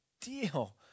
deal